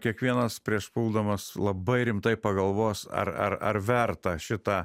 kiekvienas prieš puldamas labai rimtai pagalvos ar ar ar verta šitą